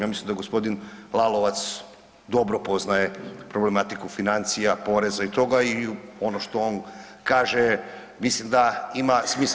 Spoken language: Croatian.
Ja mislim da gospodin Lalovac dobro poznaje problematiku financija, poreza i toga i ono što kaže mislim da ima smisla.